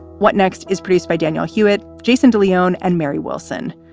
what next is produced by daniel hewitt, jason de leon and mary wilson.